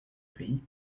pays